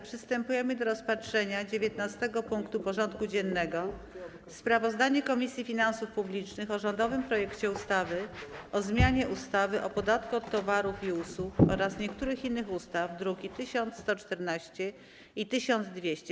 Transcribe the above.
Przystępujemy do rozpatrzenia punktu 19. porządku dziennego: Sprawozdanie Komisji Finansów Publicznych o rządowym projekcie ustawy o zmianie ustawy o podatku od towarów i usług oraz niektórych innych ustaw (druki nr 1114 i 1200)